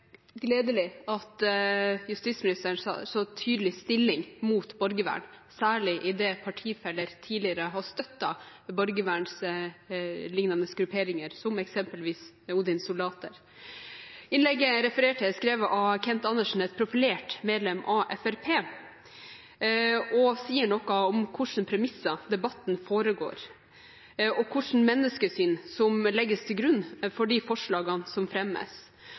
gledelig at justisministeren tar så tydelig stilling imot borgervern, særlig fordi partifeller tidligere har støttet borgervernlignende grupperinger, som f.eks. Odins soldater. Innlegget jeg refererte til, er skrevet av Kent Andersen, et profilert medlem av Fremskrittspartiet, og sier noe om på hvilke premisser debatten foregår, og om hvilket menneskesyn som legges til grunn for de forslagene som fremmes.